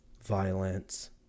violence